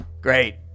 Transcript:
Great